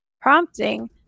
prompting